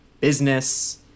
business